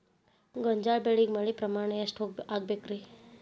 ಗೋಂಜಾಳ ಬೆಳಿಗೆ ಮಳೆ ಪ್ರಮಾಣ ಎಷ್ಟ್ ಆಗ್ಬೇಕ?